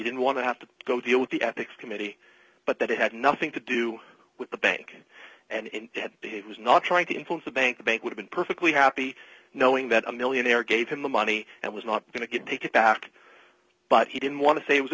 didn't want to have to go deal with the ethics committee but that it had nothing to do with the bank and behaves not trying to influence the bank the bank would have been perfectly happy knowing that a millionaire gave him the money and was not going to get take it back but he didn't want to say it was a